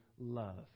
love